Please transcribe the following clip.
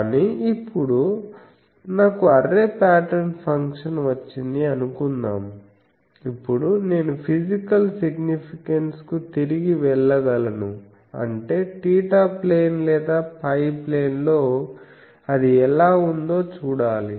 కానీ ఇప్పుడు నాకు అర్రే పాటర్న్ ఫంక్షన్ వచ్చింది అనుకుందాం ఇప్పుడు నేను ఫిజికల్ సిగ్నిఫికెన్స్ కు తిరిగి వెళ్ళగలను అంటే θ ప్లేన్ లేదా φ ప్లేన్ లో అది ఎలా ఉందో చూడాలి